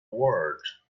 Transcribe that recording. world